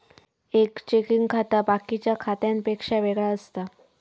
एक चेकिंग खाता बाकिच्या खात्यांपेक्षा वेगळा असता